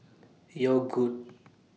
Yogood